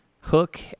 hook